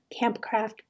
campcraft